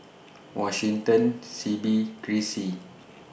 Washington Sibbie Chrissie